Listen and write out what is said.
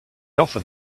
offered